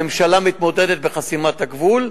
הממשלה מתמודדת בחסימת הגבול,